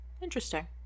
interesting